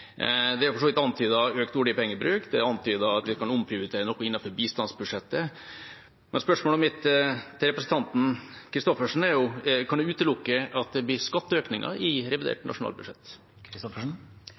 Det er for så vidt antydet økt oljepengebruk, og det er antydet at vi kan omprioritere noe innenfor bistandsbudsjettet. Men spørsmålet mitt til representanten Christoffersen er: Kan hun utelukke at det blir skatteøkninger i